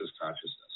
consciousness